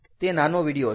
તે નાનો વિડિયો છે